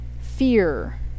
fear